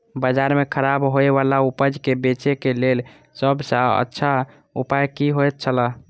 बाजार में खराब होय वाला उपज के बेचे के लेल सब सॉ अच्छा उपाय की होयत छला?